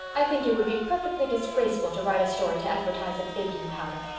i think it would be perfectly disgraceful to write a story to advertise a baking powder.